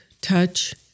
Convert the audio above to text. touch